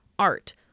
art